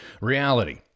Reality